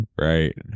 right